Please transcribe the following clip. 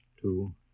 Two